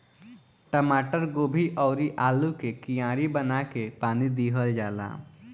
टमाटर, गोभी अउरी आलू के कियारी बना के पानी दिहल जाला